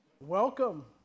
welcome